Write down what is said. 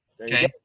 Okay